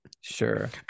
sure